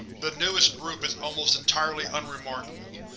but newest group is almost entirely unremarkable,